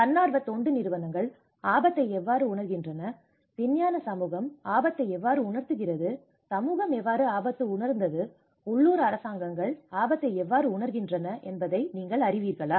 தன்னார்வ தொண்டு நிறுவனங்கள் ஆபத்தை எவ்வாறு உணர்கின்றன விஞ்ஞான சமூகம் ஆபத்தை எவ்வாறு உணர்கிறது சமூகம் எவ்வாறு ஆபத்தை உணர்ந்தது உள்ளூர் அரசாங்கங்கள் ஆபத்தை எவ்வாறு உணர்கின்றன என்பதை நீங்கள் அறிவீர்களா